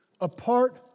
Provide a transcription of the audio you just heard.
apart